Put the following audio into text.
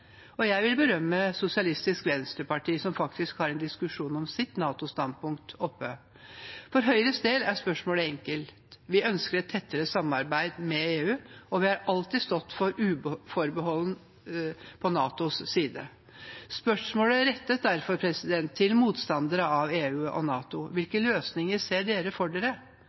Jeg vil berømme Sosialistisk Venstreparti, som faktisk har oppe en diskusjon om sitt NATO-standpunkt. For Høyres del er spørsmålet enkelt. Vi ønsker et tettere samarbeid med EU, og vi har alltid stått uforbeholdent på NATOs side. Spørsmålet rettes derfor til motstandere av EU og NATO: Hvilke løsninger ser dere for dere?